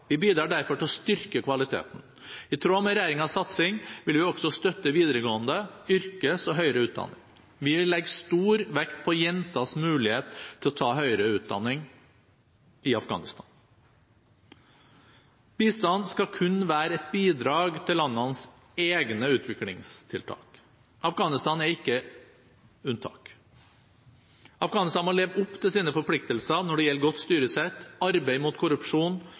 Vi bidrar derfor til å styrke kvaliteten. I tråd med regjeringens satsing vil vi også støtte videregående utdanning, yrkesutdanning og høyere utdanning. Vi vil legge stor vekt på jenters mulighet til å ta høyere utdanning i Afghanistan. Bistand skal kun være et bidrag til landenes egne utviklingstiltak. Afghanistan er ikke noe unntak. Afghanistan må leve opp til sine forpliktelser når det gjelder godt styresett, arbeid mot korrupsjon,